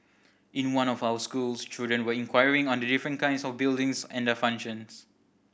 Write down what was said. in one of our schools children were inquiring on the different kinds of buildings and their functions